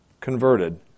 converted